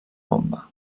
bomba